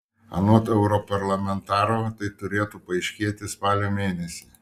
anot europarlamentaro tai turėtų paaiškėti spalio mėnesį